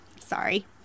Sorry